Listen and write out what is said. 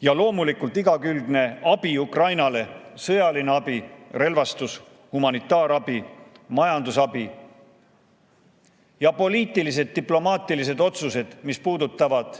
Ja loomulikult igakülgne abi Ukrainale – sõjaline abi, relvastus, humanitaarabi, majandusabi – ning poliitilised ja diplomaatilised otsused, mis puudutavad